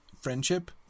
friendship